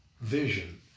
vision